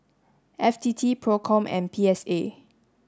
F T T PROCOM and P S A